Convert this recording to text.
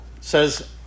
says